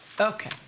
Okay